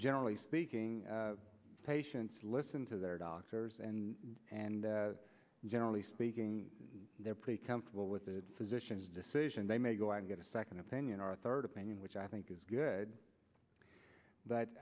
generally speaking patients listen to their doctors and and generally speaking they're pretty comfortable with physicians decision they may go and get a second opinion or a third opinion which i think is good but